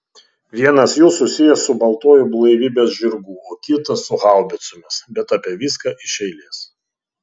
vienas jų susijęs su baltuoju blaivybės žirgu o kitas su haubicomis bet apie viską iš eilės